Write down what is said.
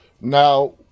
Now